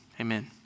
amen